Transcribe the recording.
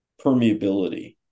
permeability